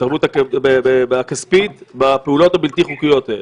ההתערבות הכספית בפעולות הבלתי חוקיות האלו?